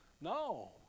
No